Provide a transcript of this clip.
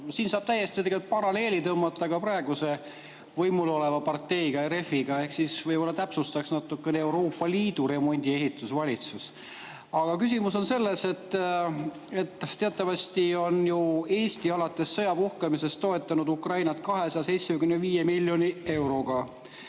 siin saab täiesti tegelikult paralleeli tõmmata ka praeguse võimul oleva parteiga, REF‑iga, ehk siis võib-olla täpsustaks natukene: Euroopa Liidu remondi‑ ja ehitusvalitsus. Aga küsimus on selles, et teatavasti on ju Eesti alates sõja puhkemisest toetanud Ukrainat 275 miljoni euroga